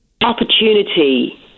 opportunity